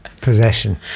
possession